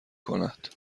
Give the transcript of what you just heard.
کند